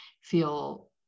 feel